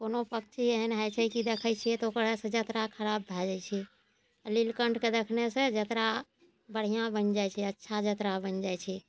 कोनो पक्षी एहन होइ छै की देखै छियै तऽ ओकरा से जतरा खराब भऽ जाइ छै आ नीलकंठके देखलासॅं जतरा बढ़िआँ बनि जाइ छै अच्छा जतरा बनि जाइ छै